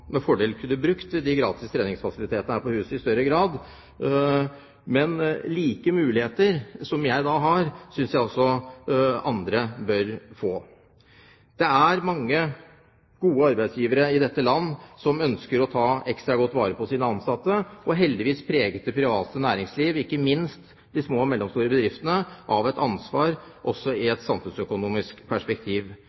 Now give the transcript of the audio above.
med fordel kunne ha brukt de gratis treningsfasilitetene her på huset i større grad. Men de samme mulighetene som jeg da har, synes jeg også andre bør få. Det er mange gode arbeidsgivere i dette landet som ønsker å ta ekstra godt vare på sine ansatte. Heldigvis preges det private næringsliv, ikke minst de små og mellomstore bedriftene, av at de har et ansvar også i